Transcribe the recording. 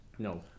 No